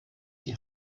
die